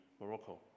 Morocco